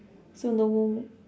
so no